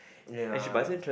ya